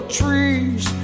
trees